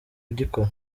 kugikora